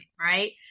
right